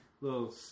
little